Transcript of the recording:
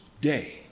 day